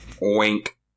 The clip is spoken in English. Wink